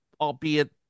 albeit